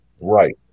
Right